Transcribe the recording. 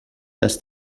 dass